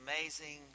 Amazing